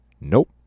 Nope